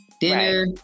Dinner